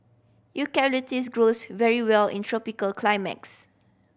eucalyptus grows very well in tropical climax